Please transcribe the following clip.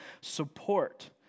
support